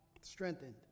strengthened